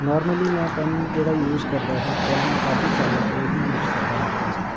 normally ਮੈਂ pen ਜਿਹੜਾ use ਕਰਦਾ ਸੀ ਪਹਿਲਾਂ ਕਾਫੀ ਸਾਲਾਂ ਤੋਂ ਉਹੀ ਯੂਸ ਕਰਦਾ ਆ ਰਿਹਾ ਸੀ